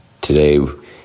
today